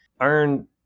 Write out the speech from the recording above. Earn